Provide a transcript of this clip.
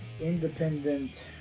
independent